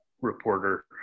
reporter